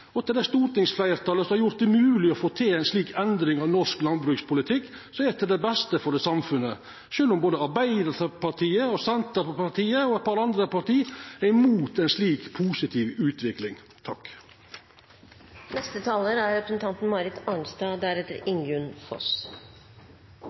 og til det stortingsfleirtalet som har gjort det mogleg å få til ei slik endring av norsk landbrukspolitikk, som er til det beste for samfunnet, sjølv om både Arbeidarpartiet, Senterpartiet og eit par andre parti er imot ei slik positiv utvikling. Det har vært en interessant debatt. Representanten Trellevik har rett i